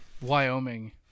Wyoming